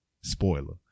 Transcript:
Spoiler